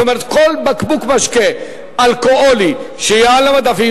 זאת אומרת כל בקבוק משקה אלכוהולי שיהיה על המדפים,